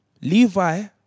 Levi